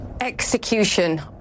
execution